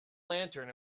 lantern